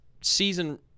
season